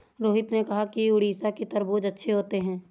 रोहित ने कहा कि उड़ीसा के तरबूज़ अच्छे होते हैं